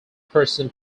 person